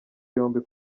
yombi